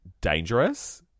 dangerous